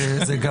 זה גם